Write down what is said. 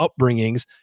upbringings